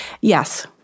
Yes